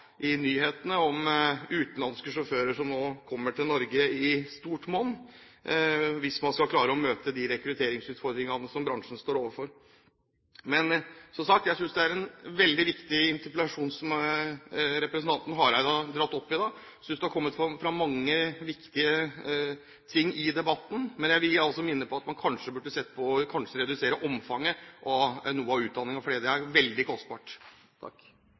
nyhetene om utenlandske sjåfører som kommer til Norge i stort monn – hvis man skal klare å møte de rekrutteringsutfordringene som bransjen står overfor. Men som sagt: Jeg synes det er en veldig viktig interpellasjon som representanten Hareide har dratt opp i dag. Jeg synes det har kommet fram mange viktige ting i debatten, men jeg vil også minne på at man kanskje burde sett på om man burde redusert omfanget av utdanningen, for det er veldig kostbart.